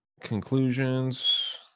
conclusions